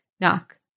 knock